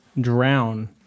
Drown